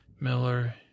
Miller